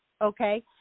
okay